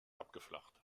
abgeflacht